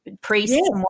priests